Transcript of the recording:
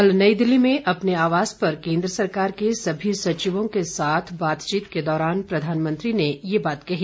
कल नई दिल्ली में अपने आवास पर केन्द्र सरकार के सभी सचिवों के साथ बातचीत के दौरान प्रधानमंत्री ने बात कही